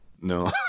no